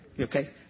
okay